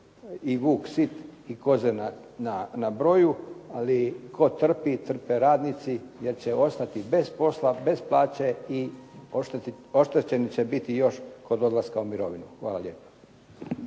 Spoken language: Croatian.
i vuk sit i koze na broju, ali tko trpi, trpe radnici jer će ostati bez posla, bez plaće i oštećeni će biti još kod odlaska u mirovinu. Hvala lijepo.